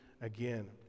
again